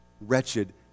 Wretched